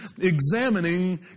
examining